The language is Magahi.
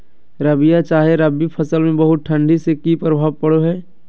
रबिया चाहे रवि फसल में बहुत ठंडी से की प्रभाव पड़ो है?